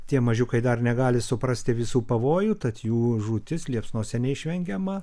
tie mažiukai dar negali suprasti visų pavojų tad jų žūtis liepsnose neišvengiama